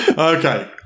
Okay